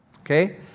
Okay